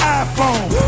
iPhone